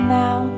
now